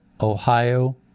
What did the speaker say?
Ohio